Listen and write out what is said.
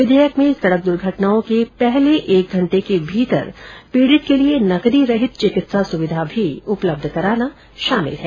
विधेयक में सड़क दूर्घटनाओं के पहले एक घंटे के भीतर पीड़ित के लिए नकदी रहित चिकित्सा सुविधा भी उपलब्ध कराना शामिल है